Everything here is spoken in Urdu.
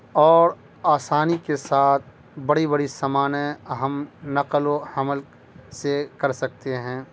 اور آسانی کے ساتھ بڑی بڑی سامانیں ہم نقل و حمل سے کر سکتے ہیں